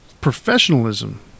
professionalism